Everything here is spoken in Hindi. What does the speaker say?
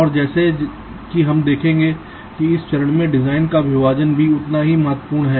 और जैसा कि हम देखेंगे कि इस चरण में डिजाइन का विभाजन भी उतना ही महत्वपूर्ण है